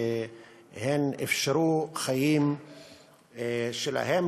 ואפשרו חיים שלהם,